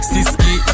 Siski